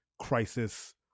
crisis